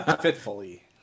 fitfully